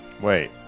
Wait